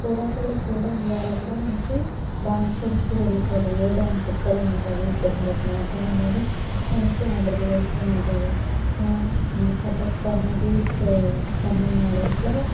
పోరాటాలు చేయడం ద్వారా కూడా మనకి డాన్స్ గురించి తెలుస్తుంది ఏ డాన్సు ఎక్కడ ఉంటుంది ఇప్పుడు భరతనాట్యం అనేది మనకి మనకి ఆంధ్రప్రదేశ్లో ఉంటుంది కథక్ అనేది తమిళనాడు ఎట్లా